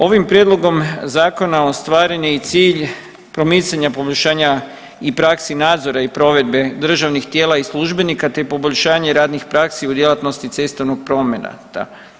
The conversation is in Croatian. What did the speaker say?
Ovim prijedlogom zakona ostvaren je i cilj promicanja poboljšanja i praksi nadzora i provedbe državnih tijela i službenika, te poboljšanje radnih praksi u djelatnosti cestovnog prometa.